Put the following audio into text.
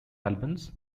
albans